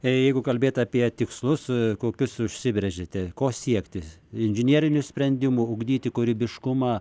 jeigu kalbėti apie tikslus kokius užsibrėžėte ko siekti inžinierinių sprendimų ugdyti kūrybiškumą